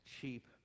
cheap